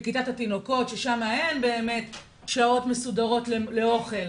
בכיתת התינוקות ששם אין באמת שעות מסודרות לאוכל,